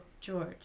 George